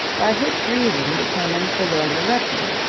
by which reason determines the will directly,